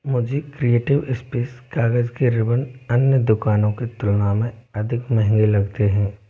मुझे creative space कागज़ के रिबन अन्य दुकानों की तुलना में अधिक महंगे लगते हैं